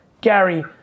Gary